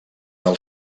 del